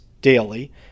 daily